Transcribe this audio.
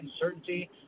uncertainty